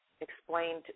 explained